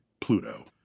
Pluto